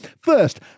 first